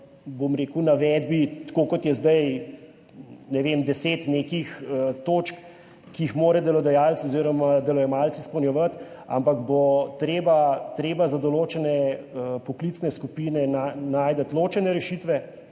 bom rekel, v navedbi, tako kot je zdaj, ne vem, nekih desetih točk, ki jih mora delodajalec oziroma delojemalec izpolnjevati, ampak bo treba za določene poklicne skupine najti ločene rešitve